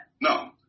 No